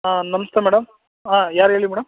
ಹಾಂ ನಮಸ್ತೆ ಮೇಡಮ್ ಹಾಂ ಯಾರು ಹೇಳಿ ಮೇಡಮ್